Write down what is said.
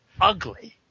ugly